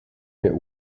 mir